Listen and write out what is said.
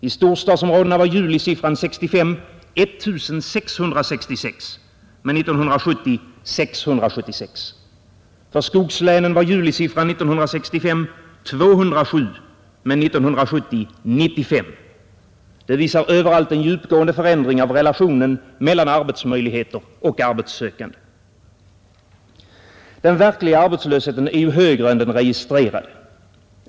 I storstadsområdena var julisiffran 1965 1666 men 1970 676. För skogslänen var julisiffran 1965 207 men 1970 95. Det visar överallt en djupgående förändring av relationen mellan arbetsmöjligheter och arbetssökande. Den verkliga arbetslösheten är ju högre än den registrerade.